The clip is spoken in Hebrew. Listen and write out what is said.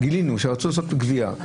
גילינו שרצו לעשות גבייה,